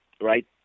right